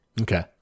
Okay